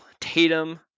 tatum